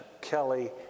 Kelly